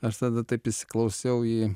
aš tada taip įsiklausiau į